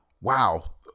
wow